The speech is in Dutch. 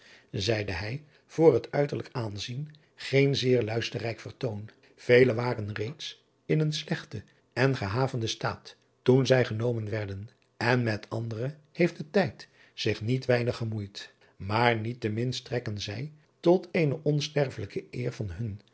zeide hij voor het uiterlijk aanzien geen zeer luisterrijk vertoon vele waren reeds in een slechten en gehavenden staat toen zij genomen werden en met andere heeft de tijd zich niet weinig gemoeid maar niet te min strekken zij tot eene onsterflijke eer van hun